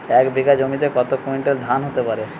এক বিঘা জমিতে কত কুইন্টাল ধান হতে পারে?